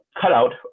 cutout